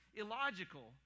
illogical